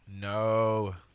No